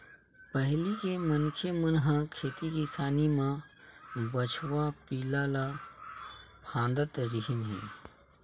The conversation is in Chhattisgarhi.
पहिली के मनखे मन ह खेती किसानी म बछवा पिला ल फाँदत रिहिन हे